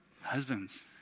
Husbands